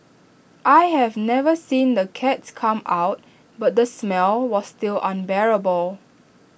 I have never seen the cats come out but the smell was still unbearable